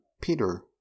Peter